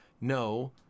no